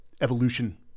evolution